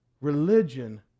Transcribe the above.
Religion